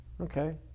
Okay